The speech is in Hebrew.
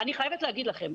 אני חייבת להגיד לכם,